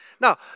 Now